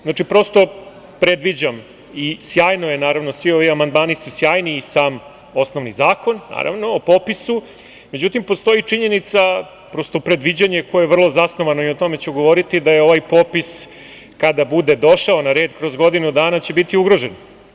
Znači, prosto predviđam i sjajni su, naravno, svi ovi amandmani i sam osnovni zakon, naravno, o popisu, međutim, postoji činjenica, prosto predviđanje koje je vrlo zasnovano, i o tome ću govoriti, da će ovaj popis, kada bude došao na red kroz godinu dana, biti ugrožena.